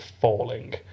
falling